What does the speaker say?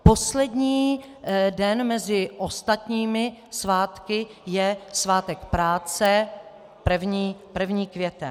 Poslední den mezi ostatními svátky je Svátek práce, první květen.